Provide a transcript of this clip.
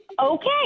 Okay